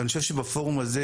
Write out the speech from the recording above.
ואני חושב שבפורום הזה,